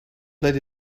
played